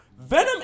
Venom